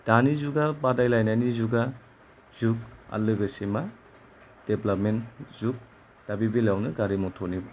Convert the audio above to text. दानि जुगा बादायलायनायनि जुगा जुग आरो लोगोसे मा डेबलापमेन्ट जुग दा बे बेलायावनो गारि मटरनि